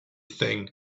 thing